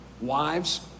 wives